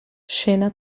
scena